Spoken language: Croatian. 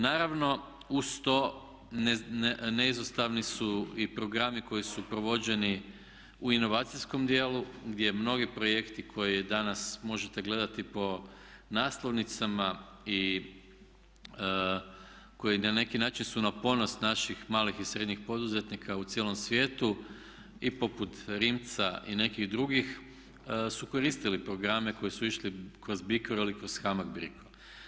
Naravno uz to neizostavni su i programi koji su provođeni u inovacijskom dijelu gdje mnogi projekti koje danas možete gledati po naslovnicama i koji na neki način su na ponos naših malih i srednjih poduzetnika u cijelom svijetu i poput Rimca i nekih drugih su koristili programe koji su išli kroz BICRO ili kroz HAMAG BICRO.